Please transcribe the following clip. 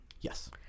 Yes